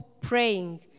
praying